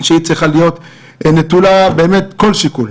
נטולת כל שיקול.